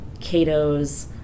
Cato's